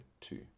two